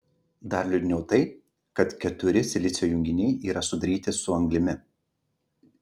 dar liūdniau tai kad keturi silicio junginiai yra sudaryti su anglimi